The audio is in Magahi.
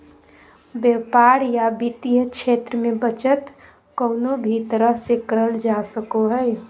व्यापार या वित्तीय क्षेत्र मे बचत कउनो भी तरह से करल जा सको हय